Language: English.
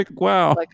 wow